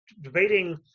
debating